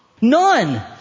None